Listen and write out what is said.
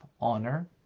honor